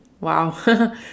wow